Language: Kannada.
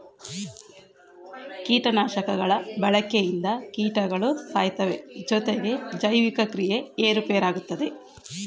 ಕೀಟನಾಶಕಗಳ ಬಳಕೆಯಿಂದ ಕೀಟಗಳು ಸಾಯ್ತವೆ ಜೊತೆಗೆ ಜೈವಿಕ ಕ್ರಿಯೆ ಏರುಪೇರಾಗುತ್ತದೆ